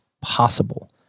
possible